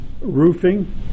roofing